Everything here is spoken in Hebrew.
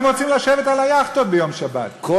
הם רוצים לשבת על היאכטות ביום שבת,